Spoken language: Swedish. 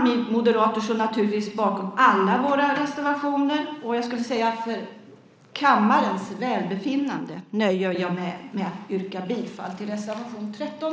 Vi moderater står naturligtvis bakom alla våra reservationer, och för kammarens välbefinnande nöjer jag mig med att yrka bifall till reservation 13.